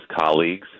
colleagues